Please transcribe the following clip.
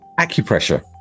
Acupressure